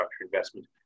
investment